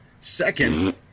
Second